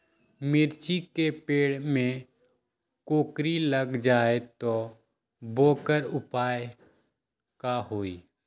मिर्ची के पेड़ में कोकरी लग जाये त वोकर उपाय का होई?